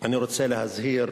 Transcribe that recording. אני רוצה להזהיר